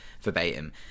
verbatim